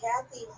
Kathy